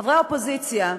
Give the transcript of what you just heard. חברי האופוזיציה,